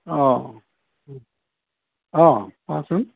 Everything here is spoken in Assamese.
অঁ অঁ কোৱাচোন